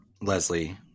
Leslie